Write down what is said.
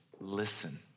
Listen